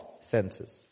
senses